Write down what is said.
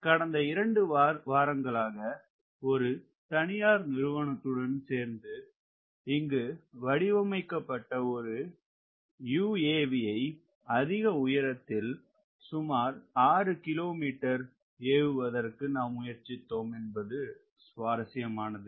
கடந்த இரண்டு வாரங்களாக ஒரு தனியார் நிறுவுனத்துடன் சேர்ந்து இங்கு வடிவமைக்கப்பட்ட ஒரு UAV ஐ அதிக உயரத்தில் சுமார் 6 km ஏவுவதற்கு நாம் முயற்சித்தோம் என்பது சுவாரஷ்யமானது